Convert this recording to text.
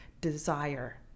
desire